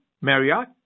Marriott